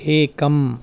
एकम्